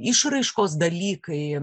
išraiškos dalykai